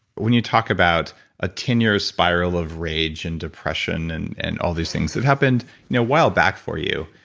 when you talk about a ten year spiral of rage and depression and and all these things, it happened a you know while back for you,